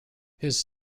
his